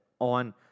on